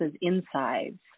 insides